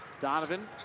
Donovan